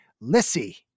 Lissy